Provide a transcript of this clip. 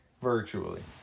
Virtually